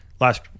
last